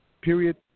period